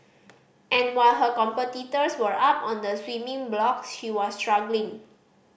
and while her competitors were up on the swimming block she was struggling